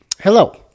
Hello